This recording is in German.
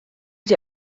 sie